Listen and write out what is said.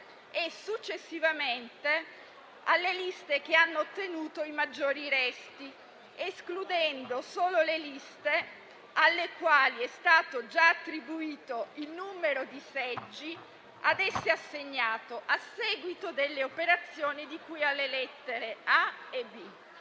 e, successivamente, alle liste che hanno ottenuto i maggiori resti, escludendo solo quelle alle quali è stato già attribuito il numero di seggi ad esse assegnato a seguito delle operazioni di cui alle lettere *a)*